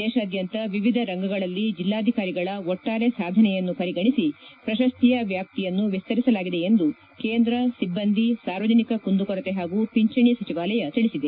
ದೇಶಾದ್ಯಂತ ವಿವಿಧ ರಂಗಗಳಲ್ಲಿ ಜೆಲ್ಲಾಧಿಕಾರಿಗಳ ಒಟ್ಟಾರೆ ಸಾಧನೆಯನ್ನು ಪರಿಗಣಿಸಿ ಪ್ರಶಸ್ತಿಯ ವ್ಯಾಪ್ತಿಯನ್ನು ವಿಸ್ತರಿಸಲಾಗಿದೆ ಎಂದು ಕೇಂದ್ರ ಸಿಬ್ಬಂದಿ ಸಾರ್ವಜನಿಕ ಕುಂದು ಕೊರತೆ ಹಾಗೂ ಒಂಚಣೆ ಸಚಿವಾಲಯ ತಿಳಿಸಿದೆ